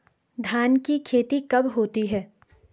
धान की खेती कब होती है?